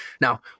Now